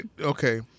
okay